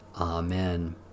Amen